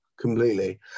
Completely